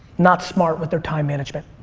not smart with their time management.